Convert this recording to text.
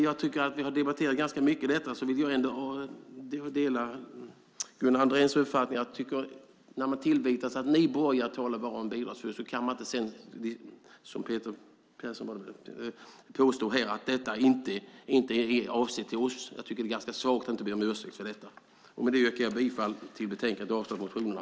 Jag tycker att vi har debatterat detta ganska mycket men jag vill ändå säga att jag delar Gunnar Andréns uppfattning att när man tillvitas att "ni borgare talar bara om bidragsfusk" går det inte att sedan som Peter Persson påstå att detta inte avser oss. Jag tycker att det är ganska svagt att inte be om ursäkt för detta. Med det yrkar jag bifall till förslagen i betänkandet och avslag på motionerna.